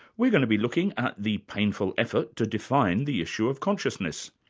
we're going to be looking at the painful effort to define the issue of consciousness.